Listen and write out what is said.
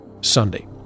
Sunday